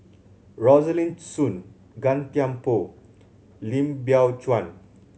Rosaline Soon Gan Thiam Poh Lim Biow Chuan